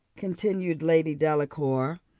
continued lady delacour,